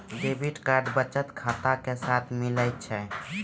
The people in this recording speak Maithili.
डेबिट कार्ड बचत खाता के साथे मिलै छै